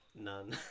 None